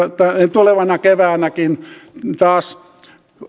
tulevana keväänäkin taas